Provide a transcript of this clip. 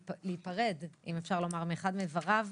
ולהיפרד, אם אפשר לומר, מאחד מאיבריו.